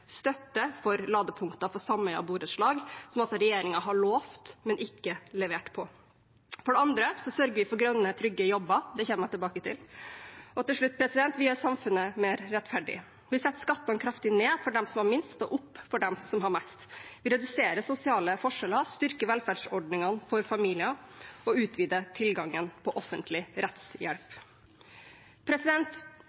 støtte for ladepunkter i sameier og borettslag, som også regjeringen har lovet, men ikke levert på. For det andre sørger vi for grønne, trygge jobber – det kommer jeg tilbake til. Og til slutt: Vi gjør samfunnet mer rettferdig. Vi setter skattene kraftig ned for dem som har minst, og opp for dem som har mest. Vi reduserer sosiale forskjeller, styrker velferdsordningene for familier og utvider tilgangen på offentlig rettshjelp.